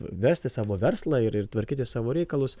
versti savo verslą ir ir tvarkyti savo reikalus